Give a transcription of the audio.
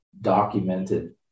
documented